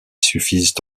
suffisent